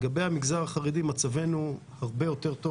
לגבי המגזר החרדי מצבנו הרבה יותר טוב